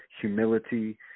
humility